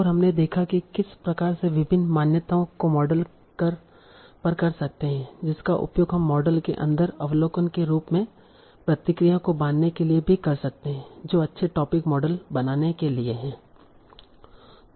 और हमने देखा कि किस प्रकार से विभिन्न मान्यताओं को मॉडल पर कर सकते हैं जिसका उपयोग हम मॉडल के अंदर अवलोकन के रूप में प्रतिक्रिया को बाँधने के लिए भी कर सकते हैं जो अच्छे टोपिक मॉडल बनाने के लिए है